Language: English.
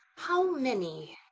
how many?